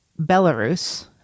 Belarus